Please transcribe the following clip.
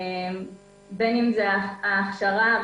ההכשרה,